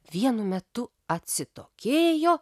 vienu metu atsitokėjo